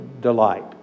delight